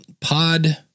pod